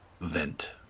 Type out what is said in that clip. vent